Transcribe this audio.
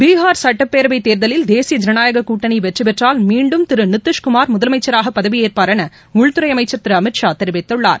பீஹார் சட்டப்பேரவை தேர்தலில் தேசிய ஜனநாயகக் கூட்டணி வெற்றி பெற்றால் மீண்டும் திரு நிதிஷ் குமார் முதலமைச்சராக பதவி ஏற்பார் என உள்துறை அமைச்சர் திரு அமித் ஷா தெரிவித்துள்ளார்